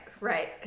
right